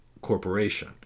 corporation